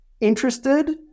interested